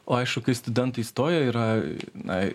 o aišku kai studentai įstoja yra na